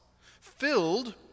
filled